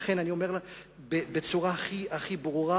לכן אני אומר בצורה הכי ברורה